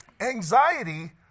anxiety